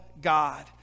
God